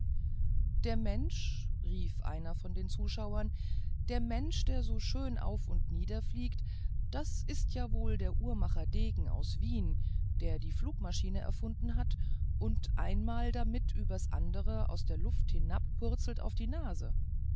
der mensch rief einer von den zuschauern der mensch der so schön auf und nieder fliegt das ist ja wohl der uhrmacher degen aus wien der die flugmaschine erfunden hat und damit einmal übers andere aus der luft hinabpurzelt auf die nase